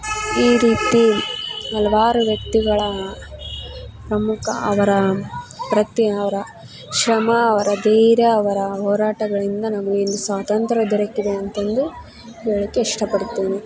ಈ ರೀತಿ ಹಲವಾರು ವ್ಯಕ್ತಿಗಳ ಪ್ರಮುಖ ಅವರ ಪ್ರತಿ ಅವರ ಶ್ರಮ ಅವರ ಧೈರ್ಯ ಅವರ ಹೋರಾಟಗಳಿಂದ ನಮಗೆ ಇಂದು ಸ್ವಾತಂತ್ರ್ಯ ದೊರಕಿದೆ ಅಂತಂದು ಹೇಳೊಕೆ ಇಷ್ಟಪಡ್ತೀನಿ